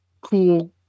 cool